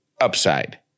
UPSIDE